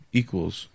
equals